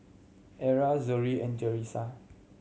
Erla Zollie and Jalissa